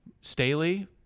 Staley